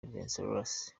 wenceslas